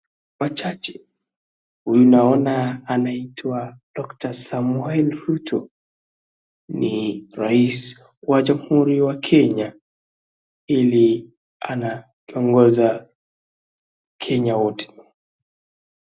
Machache, huyu naona anaitwa doctor Samoei Ruto. Ni raisi wa jamhuri wa Kenya ili anatongoza wakenya wote.